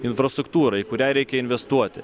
infrastruktūra į kurią reikia investuoti